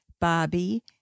Bobby